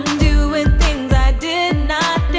doing things i did not